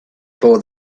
for